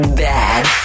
bad